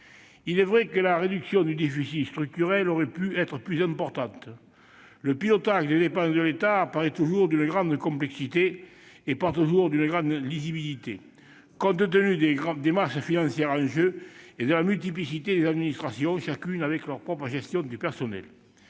Il est vrai que la réduction du déficit structurel aurait pu être plus importante. Le pilotage des dépenses de l'État apparaît toujours d'une grande complexité- et pas toujours d'une grande lisibilité -compte tenu des masses financières en jeu et de la multiplicité des administrations, chacune avec leur propre gestion du personnel.